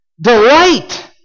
delight